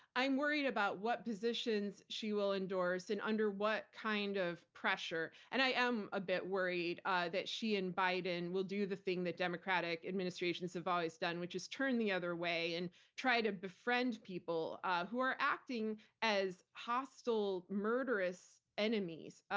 i'm worried about what positions she will endorse and under what kind of pressure. and i am a bit worried that she and biden will do the thing that democratic administrations have always done, which is turn the other way and try to befriend people who are acting as hostile, murderous enemies.